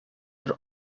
are